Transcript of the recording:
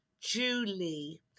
Julie